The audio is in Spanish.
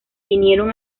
vinieron